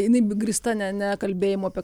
jinai grįsta ne ne kalbėjimu apie